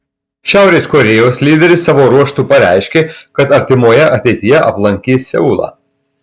šiaurės korėjos lyderis savo ruožtu pareiškė kad artimoje ateityje aplankys seulą